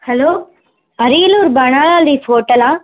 hello Ariyalur banana leaf ஹோட்டலா